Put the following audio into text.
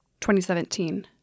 2017